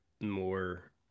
more